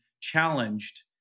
challenged